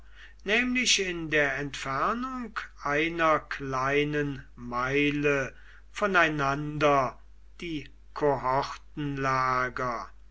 nämlich in der entfernung einer kleinen meile voneinander die kohortenlager